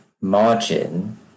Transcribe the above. margin